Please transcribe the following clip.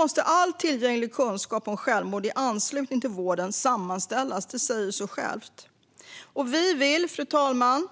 Att all tillgänglig kunskap om självmord i anslutning till vården måste sammanställas säger sig självt. Fru talman!